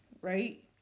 right